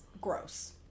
gross